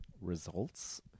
Results